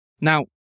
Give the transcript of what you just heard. Now